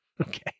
Okay